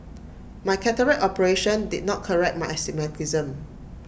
my cataract operation did not correct my astigmatism